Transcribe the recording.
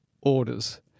orders